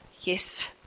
Yes